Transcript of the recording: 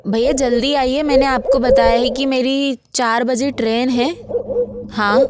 भैया जल्दी आइए मैंने आपको बताया है कि मेरी चार बजे ट्रेन है हाँ